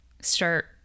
start